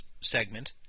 segment